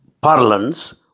parlance